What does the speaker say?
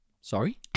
Sorry